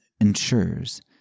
ensures